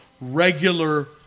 regular